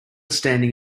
standing